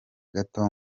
gato